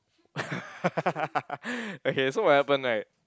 okay so what happen right